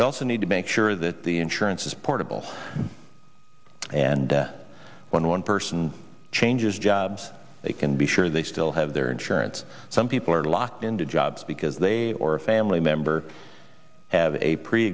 we also need to make sure that the insurance is portable and when one person changes jobs they can be sure they still have their insurance some people are locked into jobs because they or a family member have a